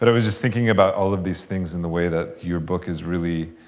but was just thinking about all of these things and the way that your book is really